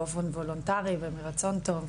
באופן וולונטרי ומרצון טוב,